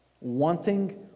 Wanting